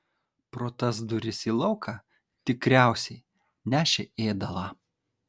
pro tas duris į lauką tikriausiai nešė ėdalą